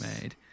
made